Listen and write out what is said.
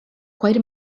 quite